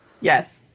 Yes